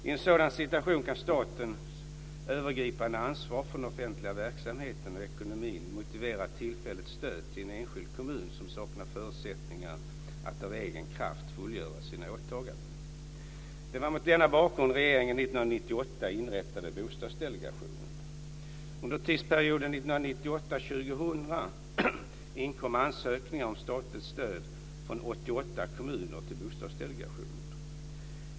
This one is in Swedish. I sådana situationer kan statens övergripande ansvar för den offentliga verksamheten och ekonomin motivera tillfälligt stöd till en enskild kommun som saknar förutsättningar att av egen kraft fullgöra sina åtaganden. Det var mot denna bakgrund regeringen 1998 inrättade Bostadsdelegationen. Under tidsperioden 1998-2000 inkom ansökningar om statligt stöd från 88 kommuner till Bostadsdelegationen.